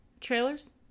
Trailers